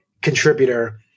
contributor